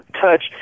touch